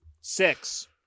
Six